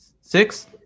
six